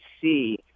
see